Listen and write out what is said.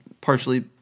partially